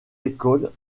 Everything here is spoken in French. écoles